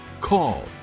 Call